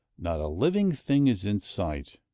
not a living thing is in sight,